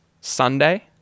Sunday